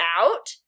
out